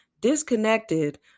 disconnected